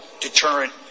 deterrent